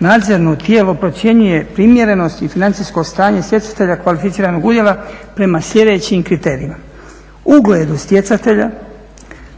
nadzorno tijelo procjenjuje primjerenost i financijsko stanje stjecatelja kvalificiranog udjela prema sljedećim kriterijima.